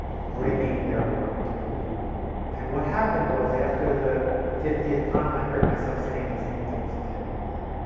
bringing their work to people who need it and what happened was after the fiftieth time i heard myself saying the same things again and again,